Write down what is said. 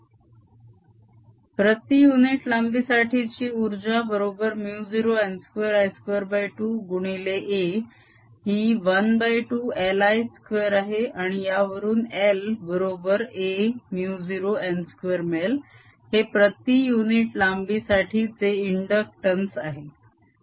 म्हणून प्रती युनिट लांबी साठीची उर्जा बरोबर 0n2I22 गुणिले a ही ½ LI2 आहे आणि यावरून L बरोबर aμ0 n2 मिळेल हे प्रती युनिट लांबी साठीचे इंडक्टंस आहे